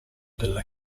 della